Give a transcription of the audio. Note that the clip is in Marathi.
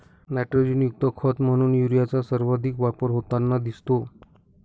नायट्रोजनयुक्त खत म्हणून युरियाचा सर्वाधिक वापर होताना दिसतो